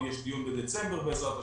יש דיון בדצמבר בעזרת השם,